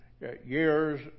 years